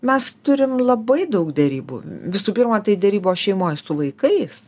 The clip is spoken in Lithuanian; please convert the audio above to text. mes turim labai daug derybų visų pirma tai derybos šeimoj su vaikais